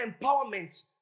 empowerment